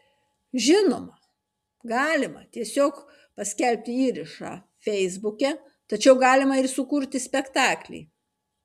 žinoma galima tiesiog paskelbti įrašą feisbuke tačiau galima ir sukurti spektaklį